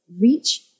reach